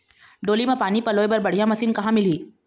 डोली म पानी पलोए बर बढ़िया मशीन कहां मिलही?